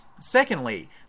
Secondly